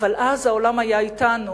אבל אז העולם היה אתנו,